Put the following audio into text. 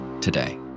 today